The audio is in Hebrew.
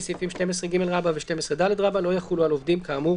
סעיפים 12ג ו-12ד לא יחולו על עובדים כאמור